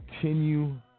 continue